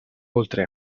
oltre